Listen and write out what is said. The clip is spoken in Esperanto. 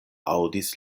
aŭdis